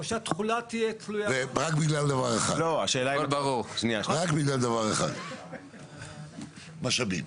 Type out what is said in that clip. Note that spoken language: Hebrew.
ורק בגלל דבר אחד, משאבים.